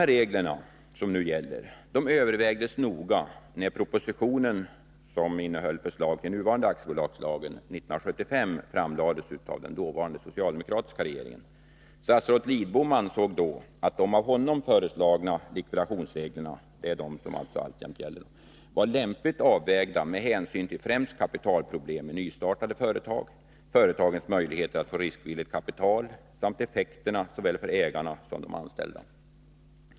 De gällande reglerna övervägdes noga när propositionen om den nuvarande aktiebolagslagen 1975 framlades av den dåvarande socialdemokratiska regeringen. Statsrådet Lidbom ansåg då att de av honom föreslagna likvidationsreglerna var lämpligt avvägda med hänsyn till främst kapitalproblemi nystartade företag, företagets möjligheter att få riskvilligt kapital samt effekterna för såväl ägarna som de anställda.